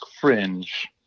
fringe